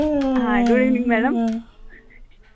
good evening madam